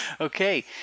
okay